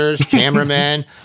cameramen